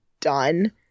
done